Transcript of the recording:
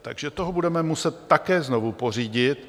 Takže toho budeme muset také znovu pořídit.